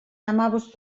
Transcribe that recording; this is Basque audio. hamabost